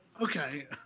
Okay